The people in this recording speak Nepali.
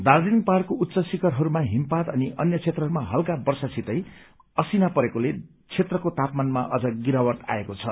दार्जीलिङ पहाड़को उच्च शिखरहरूमा हिमपात अनि अन्य क्षेत्रहरूमा हल्का वर्षासितै असिना परेकोले क्षेत्रको तापमानमा अझ गिरावट आएको छ